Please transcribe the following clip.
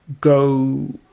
go